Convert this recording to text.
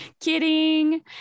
kidding